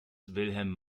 wilhelm